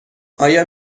آیا